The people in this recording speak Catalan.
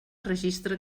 registre